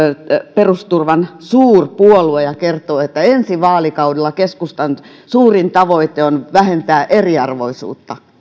perusturvan suurpuolue ja kertoo että ensi vaalikaudella keskustan suurin tavoite on vähentää eriarvoisuutta